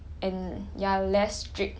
and you are less strict